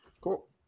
Cool